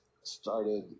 started